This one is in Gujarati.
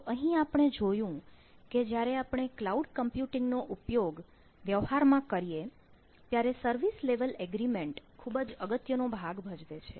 તો અહીં આપણે જોયું કે જ્યારે આપણે ક્લાઉડ કમ્પ્યુટિંગ નો ઉપયોગ વ્યવહારમાં કરીએ ત્યારે સર્વિસ લેવલ એગ્રીમેન્ટ ખૂબ જ અગત્યનો ભાગ ભજવે છે